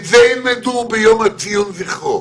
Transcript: את זה ילמדו ביום לציון זכרו.